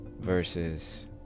versus